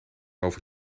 over